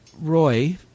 Roy